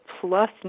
plus